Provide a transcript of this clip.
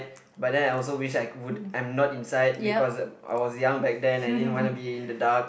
but then I also wish that I would I'm not inside because I was young back then and I didn't wanna be in the dark